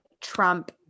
Trump